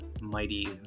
mighty